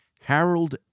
Harold